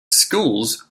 schools